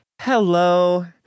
hello